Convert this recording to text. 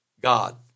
God